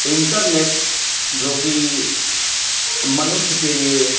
internet जो कि मनुष्य के लिए